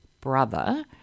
brother